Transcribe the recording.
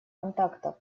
контактов